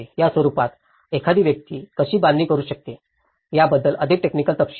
या स्वरूपात एखादी व्यक्ती कशी बांधणी करू शकते याबद्दल अधिक टेक्निकल तपशील